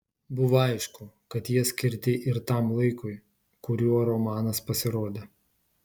buvo aišku kad jie skirti ir tam laikui kuriuo romanas pasirodė